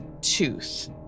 tooth